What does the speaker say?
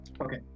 Okay